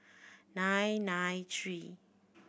nine nine three